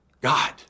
God